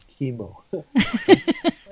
chemo